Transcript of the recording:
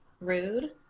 Rude